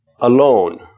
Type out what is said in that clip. alone